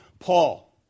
Paul